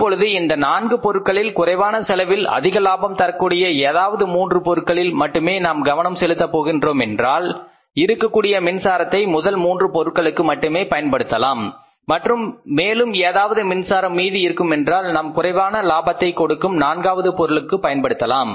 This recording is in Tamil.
இப்பொழுது இந்த நான்கு பொருட்களில் குறைவான செலவில் அதிக லாபம் தரக்கூடிய ஏதாவது மூன்று பொருட்களில் மட்டுமே நாம் கவனம் செலுத்த போகின்றோமென்றால் இருக்கக்கூடிய மின்சாரத்தை முதல் மூன்று பொருட்களுக்கு மட்டுமே பயன்படுத்தலாம் மற்றும் மேலும் ஏதாவது மின்சாரம் மீதி இருக்குமென்றால் நாம் குறைவான லாபத்தை கொடுக்கும் நான்காவது பொருளுக்கு பயன்படுத்தலாம்